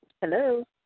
Hello